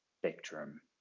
spectrum